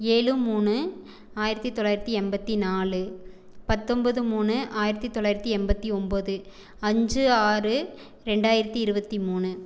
ஏழு மூணு ஆயிரத்தி தொள்ளாயிரத்தி எண்பத்தி நாலு பத்தொன்போது மூணு ஆயிரத்தி தொள்ளாயிரத்தி எண்பத்தி ஒம்பது அஞ்சு ஆறு ரெண்டாயிரத்தி இருபத்தி மூணு